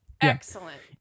excellent